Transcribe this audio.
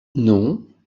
non